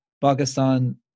Pakistan